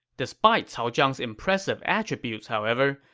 despite cao zhang's impressive attributes, however,